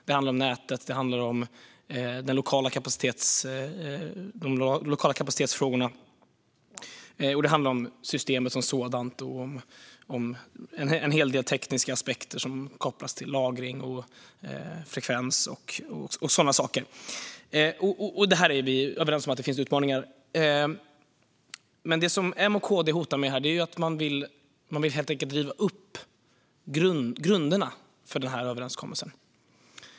Det handlar om nätet, om den lokala kapaciteten, om systemet som sådant och om en hel del tekniska aspekter kopplade till lagring och frekvens och sådana saker. Vi är överens om att det finns utmaningar. Men det som M och KD hotar med är att helt enkelt riva upp grunderna för överenskommelsen.